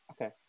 okay